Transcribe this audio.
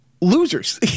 losers